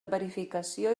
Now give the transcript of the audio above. verificació